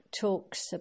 talks